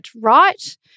right